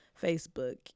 Facebook